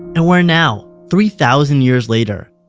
and where now, three thousand years later,